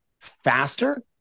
faster